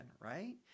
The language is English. Right